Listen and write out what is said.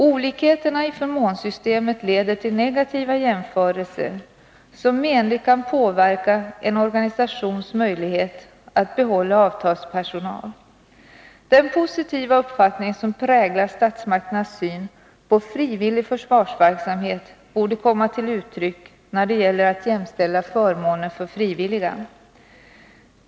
Olikheterna i förmånssystemet leder till negativa jämförelser som menligt kan påverka en organisations möjlighet att behålla avtalspersonal. Den positiva uppfattning som präglar statsmakternas syn på frivillig försvarsverksamhet borde komma till uttryck när det gäller att jämställa förmåner för frivilliga.